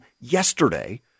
yesterday